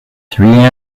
three